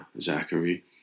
Zachary